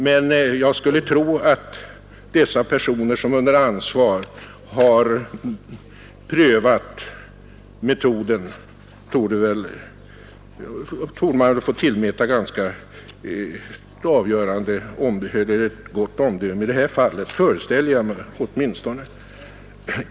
Men en person som under ansvar har prövat metoden, torde dock få tillmätas ett visst bevisvärde, föreställer jag mig åtminstone.